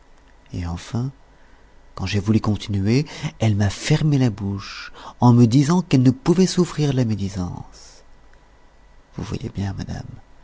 et enfin quand j'ai voulu continuer elle m'a fermé la bouche en me disant qu'elle ne pouvait souffrir la médisance vous voyez bien madame